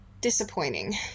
disappointing